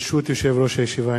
ברשות יושב-ראש הישיבה,